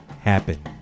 happen